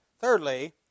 Thirdly